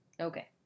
Okay